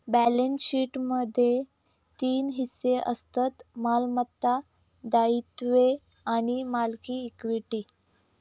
balance शीटमध्ये तीन हिस्से असतत मालमत्ता, दायित्वे आणि मालकी इक्विटी